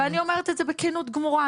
ואני אומרת את זה בכנות גמורה,